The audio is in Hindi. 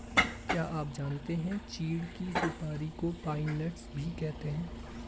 क्या आप जानते है चीढ़ की सुपारी को पाइन नट्स भी कहते है?